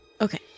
Okay